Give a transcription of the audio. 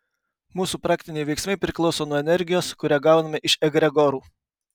mūsų praktiniai veiksmai priklauso nuo energijos kurią gauname iš egregorų